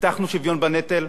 הבטחנו שוויון בנטל,